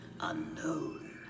unknown